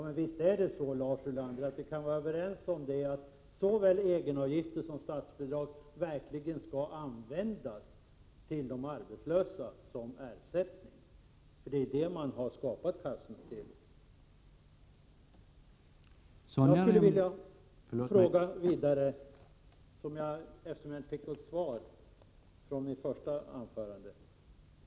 Men vi kan väl vara överens om att såväl egenavgifter som statsbidrag verkligen skall ges till de arbetslösa i form av ersättning; det är ju därför som kassorna har skapats. Jag vill upprepa en fråga, eftersom jag inte fick något svar på den tidigare.